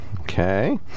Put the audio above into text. okay